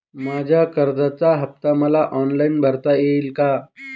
माझ्या कर्जाचा हफ्ता मला ऑनलाईन भरता येईल का?